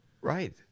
Right